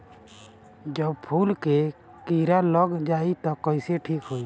जब फूल मे किरा लग जाई त कइसे ठिक होई?